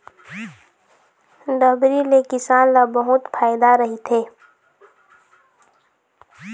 डबरी ले किसान ल बहुत फायदा रहिथे